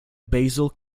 basel